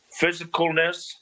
physicalness